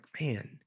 man